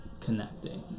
connecting